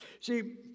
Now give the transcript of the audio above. See